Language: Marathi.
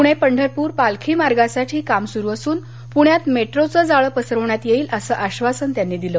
पुणे पंढरपूर पालखी मार्गासाठी सरकार काम सुरू असून पुण्यात मेट्रोचं जाळं पसरवण्यात येईल असं आश्वासन त्यांनी दिलं